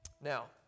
Now